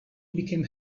became